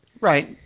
right